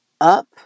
up